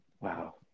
wow